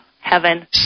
heaven